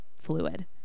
fluid